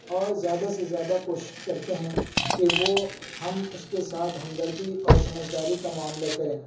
اور زیادہ سے زیادہ کوشش کرتے ہیں کہ وہ ہم اس کے ساتھ ہمدردی اور سمجھ داری کا معاملہ کریں